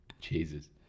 Jesus